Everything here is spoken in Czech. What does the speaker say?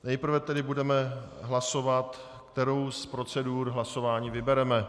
Nejprve tedy budeme hlasovat, kterou z procedur hlasování vybereme.